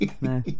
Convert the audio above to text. no